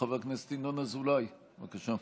חבר הכנסת ינון אזולאי, בבקשה.